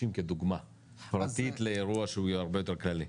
כדוגמה פרטית לאירוע שהוא הרבה יותר כללי.